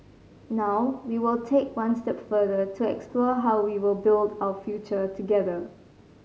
now we will take one step further to explore how we will build out future together